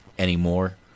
Anymore